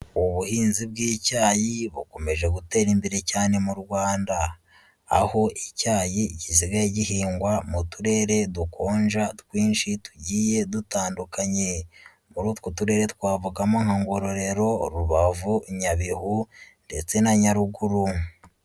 Ubuhinzi bw'icyayi bukomeje gutera imbere cyane mu Rwanda ,aho icyayi gisigaye gihingwa mu turere dukonja twinshi tugiye dutandukanye ,muri utwo turere twavugamo nka Ngororero , Rubavu, Nyabihu ndetse na Nyaruguru.